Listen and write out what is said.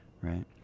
right